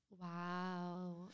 Wow